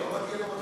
מזל טוב?